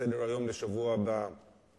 דבר נוסף שנובע מהתקופה שבה אנו נמצאים.